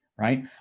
Right